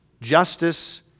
Justice